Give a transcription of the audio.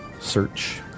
search